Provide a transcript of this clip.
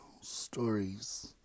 stories